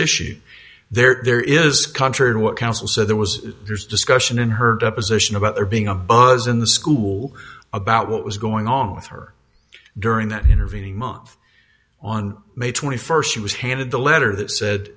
issue there is contrary to what counsel said there was there's discussion in her deposition about her being a buzz in the school about what was going on with her during that intervening month on may twenty first she was handed the letter that said